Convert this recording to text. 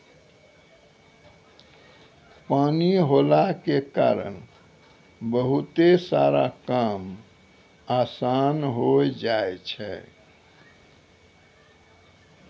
पानी होला के कारण बहुते सारा काम आसान होय जाय छै